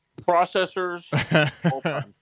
Processors